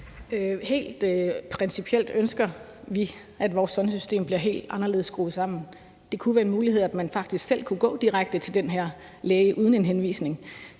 Helt principielt ønsker vi, at vores sundhedssystem bliver helt anderledes skruet sammen. Det kunne være en mulighed, at man faktisk selv kunne gå direkte til den her læge uden en henvisning,